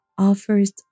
offers